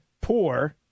poor